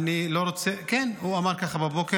אני לא רוצה, כן, הוא אמר ככה בבוקר.